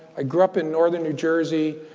i grew up in northern new jersey.